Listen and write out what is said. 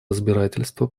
разбирательства